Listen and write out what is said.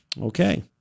okay